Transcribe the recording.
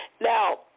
Now